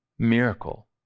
miracle